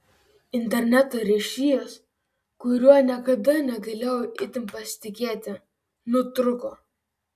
interneto ryšys kuriuo niekada negalėjau itin pasitikėti nutrūko